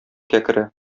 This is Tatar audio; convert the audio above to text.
кәкре